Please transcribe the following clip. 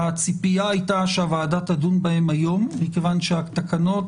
הציפייה הייתה שהוועדה תדון בהן היום מכיוון שהתקנות